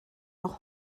noch